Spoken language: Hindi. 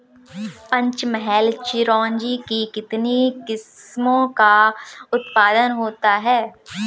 पंचमहल चिरौंजी की कितनी किस्मों का उत्पादन होता है?